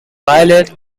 violet